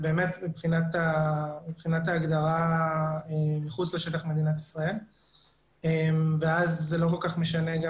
ומבחינת ההגדרה זה מחוץ לשטח מדינת ישראל ואז זה לא כל כך משנה.